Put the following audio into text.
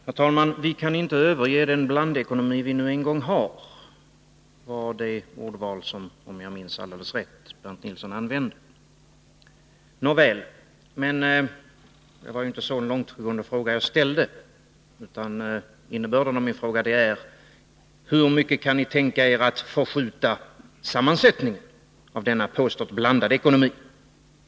Herr talman! Vi kan inte överge den blandekonomi som vi nu en gång har — det var det ordval som, om jag minns alldeles rätt, Bernt Nilsson använde. Nåväl, jag ställde ju inte en så långtgående fråga. Innebörden av min fråga är följande: Hur mycket kan ni tänka er att förskjuta sammansättningen av denna påstått blandade ekonomi?